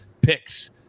picks